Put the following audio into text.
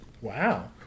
Wow